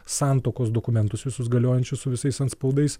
santuokos dokumentus visus galiojančius su visais antspaudais